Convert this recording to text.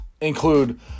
include